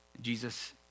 Jesus